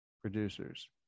producers